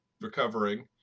recovering